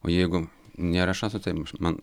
o jeigu nėra šansų tai man